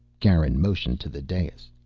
garin motioned to the dais.